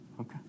Okay